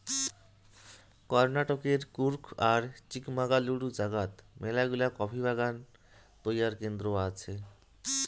কর্ণাটকের কূর্গ আর চিকমাগালুরু জাগাত মেলাগিলা কফি বাগান ও তৈয়ার কেন্দ্র আছে